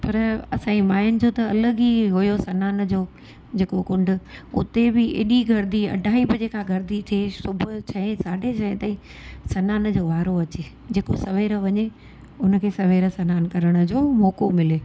पर असांजी माइयुनि जो त अलॻि ई हुओ सनान जो जेको कुंड हुते बि एॾी गर्दी अढाई बजे खां गर्दी थिए सुबुह जो छह साढे छह ताईं सनान जो वारो अचे जेको सवेर वञे उन खे सवेर सनान करण जो मौको मिले